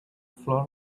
floor